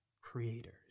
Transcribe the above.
creators